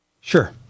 Sure